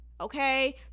okay